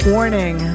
Warning